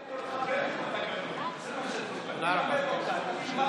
העיקר שלימדתי אותך פרק בתקנון, זה מה שחשוב.